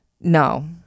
No